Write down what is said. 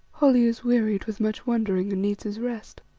holly is wearied with much wondering and needs his rest.